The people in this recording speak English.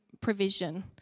provision